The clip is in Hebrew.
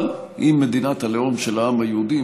אבל היא מדינת הלאום של העם היהודי,